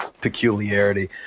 peculiarity